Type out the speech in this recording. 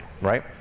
right